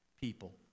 people